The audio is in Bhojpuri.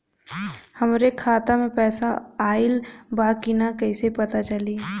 हमरे खाता में पैसा ऑइल बा कि ना कैसे पता चली?